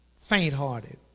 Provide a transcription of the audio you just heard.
faint-hearted